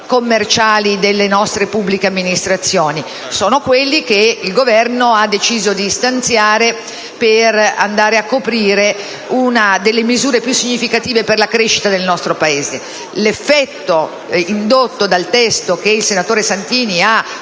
commerciali delle nostre pubbliche amministrazioni: sono quelli che il Governo ha deciso di stanziare per coprire una delle misure piusignificative per la crescita del nostro Paese). L’effetto indotto dal testo che il senatore Santini ha